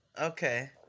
okay